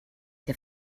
der